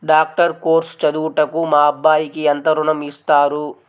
Doctor course చదువుటకు మా అబ్బాయికి ఎంత ఋణం ఇస్తారు?